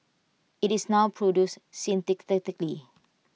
IT is now produced synthetically